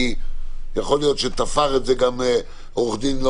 כי יכול להיות שתפר את זה עורך דין לא